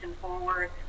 forward